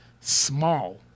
small